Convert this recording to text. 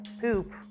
poop